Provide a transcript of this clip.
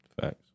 Facts